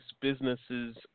businesses